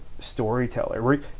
storyteller